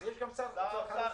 אז יש גם שר אוצר חלופי.